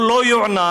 הוא לא ייענש,